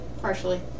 partially